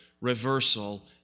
reversal